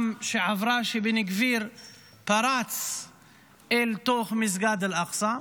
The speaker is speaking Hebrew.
שעברה כשבן גביר פרץ אל תוך מסגד אל-אקצא,